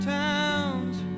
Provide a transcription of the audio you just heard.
towns